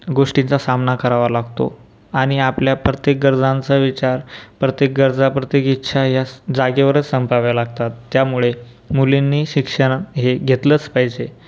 गोष्टीचा सामना करावा लागतो आणि आपल्या प्रत्येक गरजांचा विचार प्रत्येक गरजा प्रत्येक इच्छा ह्या जागेवरच संपवाव्या लागतात त्यामुळे मुलींनी शिक्षण हे घेतलच पाहिजे